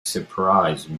surprises